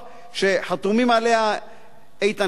שחתומים עליה איתן כבל,